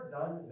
done